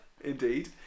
Indeed